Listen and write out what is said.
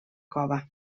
cova